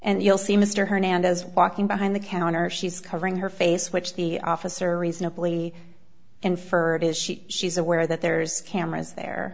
and you'll see mr hernandez walking behind the counter she's covering her face which the officer reasonably infer is she she's aware that there's cameras there